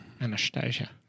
Anastasia